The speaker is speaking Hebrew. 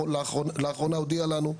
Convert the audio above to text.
לאחרונה הוא הודיע לנו,